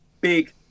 big